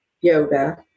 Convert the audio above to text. yoga